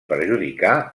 perjudicar